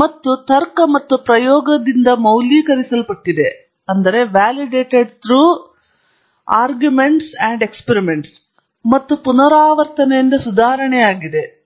ಮತ್ತು ತರ್ಕ ಮತ್ತು ಪ್ರಯೋಗದಿಂದ ಮೌಲ್ಯೀಕರಿಸಲ್ಪಟ್ಟಿವೆ ಮತ್ತು ಪುನರಾವರ್ತನೆಯಿಂದ ಸುಧಾರಣೆಯಾಗಿದೆ